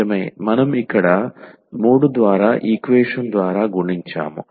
నిజమే మనం ఇక్కడ 3 ద్వారా ఈక్వేషన్ ద్వారా గుణించాము